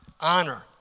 honor